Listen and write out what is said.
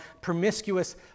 promiscuous